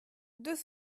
deux